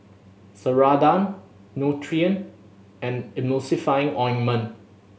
Ceradan Nutren and Emulsying Ointment